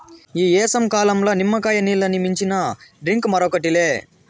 ఈ ఏసంకాలంల నిమ్మకాయ నీల్లని మించిన డ్రింక్ మరోటి లే